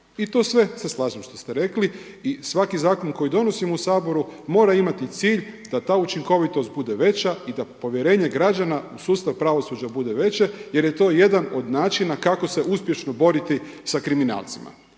i to sve se slažem što ste rekli. I svaki zakon koji donosimo u Saboru mora imati cilj da ta učinkovitost bude veća i da povjerenje građana u sustav pravosuđa bude veće jer je to jedan od načina kako se uspješno boriti sa kriminalcima.